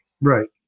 Right